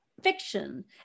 fiction